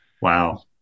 Wow